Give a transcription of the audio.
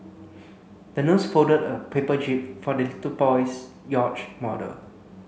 the nurse folded a paper jib for the little boy's yacht model